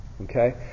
Okay